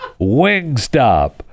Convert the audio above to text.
Wingstop